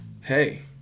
hey